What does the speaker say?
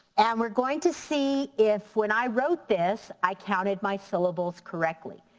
and we're going to see if when i wrote this i counted my syllables correctly.